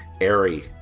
airy